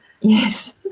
Yes